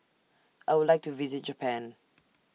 I Would like to visit Japan